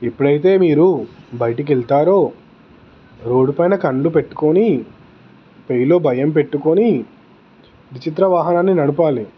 ఎప్పుడైతే మీరు బయటకి వెళతారో రోడ్డుపైన కళ్ళు పెట్టుకొని పెయిలో భయం పెట్టుకొని ద్విచక్ర వాహనాన్ని నడపాలి